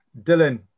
Dylan